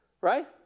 right